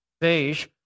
beige